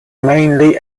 mainly